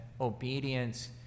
obedience